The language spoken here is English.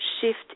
shift